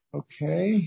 okay